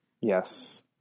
Yes